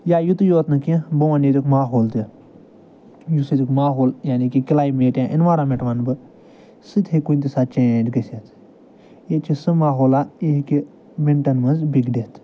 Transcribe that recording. یا یُتُے یوت نہٕ کیٚنٛہہ بہٕ وَنہٕ ییٚتیُک ماحول تہِ یُس یتٚتیُک ماحول یعنی کہِ کٕلایمیٹ یا اِنوارَمٮ۪نٛٹ وَنہٕ بہٕ سُہ تہِ ہیٚکہِ کُنہِ تہِ ساتہٕ چینٛج گٔژھِتھ ییٚتہِ چھِ سُہ ماحولا یہِ ہیٚکہِ مِنٹَن منٛز بگڑِتھ